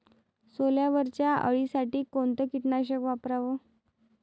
सोल्यावरच्या अळीसाठी कोनतं कीटकनाशक वापराव?